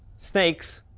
snakes.